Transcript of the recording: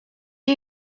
are